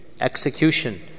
Execution